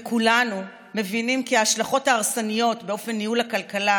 וכולנו מבינים כי ההשלכות ההרסניות של אופן ניהול הכלכלה